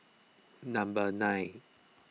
number nine